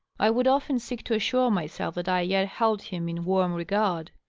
i would often seek to assure myself that i yet held him in warm regard.